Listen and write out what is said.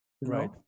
Right